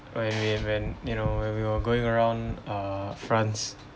when we when you know when we were going around uh france